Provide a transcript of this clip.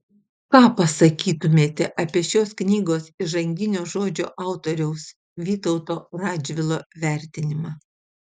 ką pasakytumėte apie šios knygos įžanginio žodžio autoriaus vytauto radžvilo vertinimą